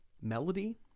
melody